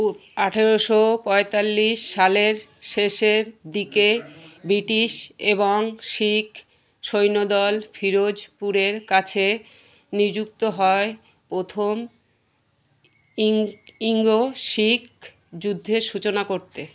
আঠেরোশো পঁয়তাল্লিশ সালের শেষের দিকে ব্রিটিশ এবং শিখ সৈন্য দল ফিরোজপুরের কাছে নিযুক্ত হয় প্রথম ইঙ্গো শিখ যুদ্ধের সূচনা করতে